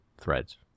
threads